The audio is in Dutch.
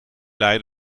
blij